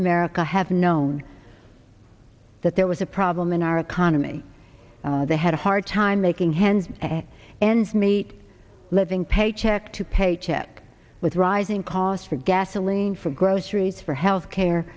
america have known that there was a problem in our economy they had a hard time making hand and ends meet living paycheck to paycheck with rising costs for gasoline for groceries for health care